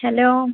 hello